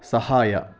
ಸಹಾಯ